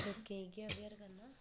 लोकें गी इ'यै अवेयर करना